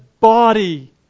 body